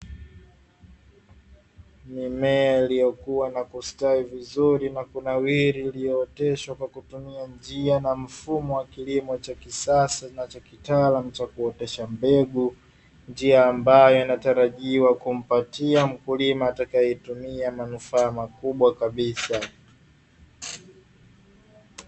Mimea iliyokua na kustawi vizuri na kunawili iliyooteshwa kwa kutumia njia na mfumo wa kilimo cha kisasa na cha kitaalamu cha kuotesha mbegu, njia ambayo inatarajiwa kumpatia mkulima atakayeitumia manufaa makubwa kabisa.